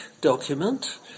document